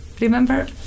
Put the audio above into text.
Remember